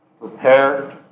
prepared